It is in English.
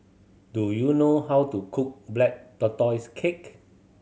do you know how to cook Black Tortoise Cake